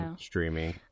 streaming